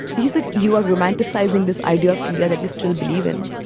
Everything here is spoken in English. he said, you are romanticizing this idea of india that you still believe in